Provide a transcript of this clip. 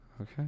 Okay